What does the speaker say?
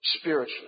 spiritually